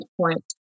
point